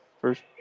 First